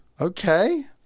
Okay